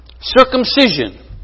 Circumcision